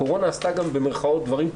הקורונה עשתה גם "דברים טובים",